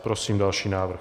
Prosím další návrh.